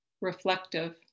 reflective